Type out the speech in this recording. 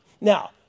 Now